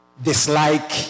dislike